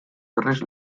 berriz